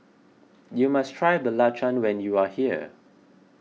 you must try Belacan when you are here